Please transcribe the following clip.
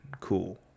cool